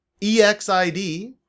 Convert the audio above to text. EXID